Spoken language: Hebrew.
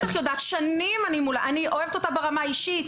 ואני אוהבת אותה ברמה האישית,